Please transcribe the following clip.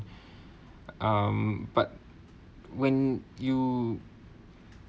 um but when you